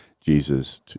Jesus